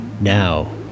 Now